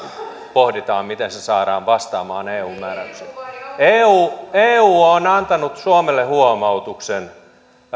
pohditaan miten kabotaasiliikenne saadaan vastaamaan eu määräyksiä eu eu on antanut suomelle huomautuksen